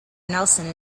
nelson